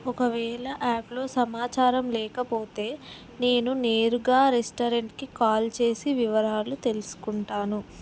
ఒకవేళ యాప్లో సమాచారం లేకపోతే నేను నేరుగా రెస్టారెంట్కి కాల్ చేసి వివరాలు తెలుసుకుంటాను